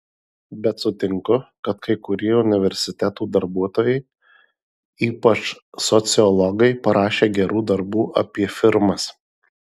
bet sutinku kad kai kurie universitetų darbuotojai ypač sociologai parašė gerų darbų apie firmas